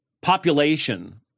population